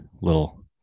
little